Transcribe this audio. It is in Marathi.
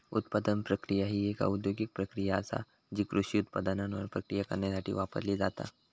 उत्पादन प्रक्रिया ही एक औद्योगिक प्रक्रिया आसा जी कृषी उत्पादनांवर प्रक्रिया करण्यासाठी वापरली जाता